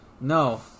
No